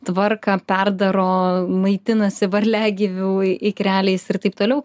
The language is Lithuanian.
tvarką perdaro maitinasi varliagyvių ikreliais ir taip toliau